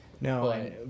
No